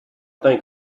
think